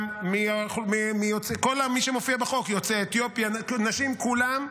כל מי שמופיע בחוק: יוצאי אתיופיה, נשים, כולם.